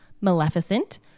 Maleficent